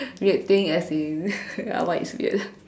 weird thing as in what is weird